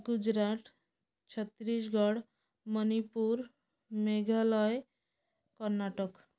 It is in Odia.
ଗୁଜୁରାଟ ଛତିଶଗଡ଼ ମଣିପୁର ମେଘାଳୟ କର୍ଣ୍ଣାଟକ